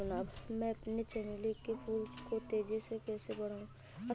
मैं अपने चमेली के फूल को तेजी से कैसे बढाऊं?